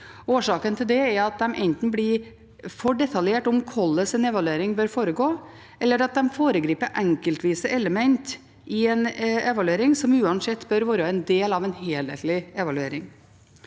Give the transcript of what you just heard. Årsaken til det er at de enten blir for detaljerte om hvordan en evaluering bør foregå, eller at de foregriper enkeltvise element i en evaluering som uansett bør være en del av en helhetlig evaluering.